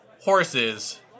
horses